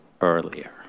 earlier